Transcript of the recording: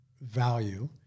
value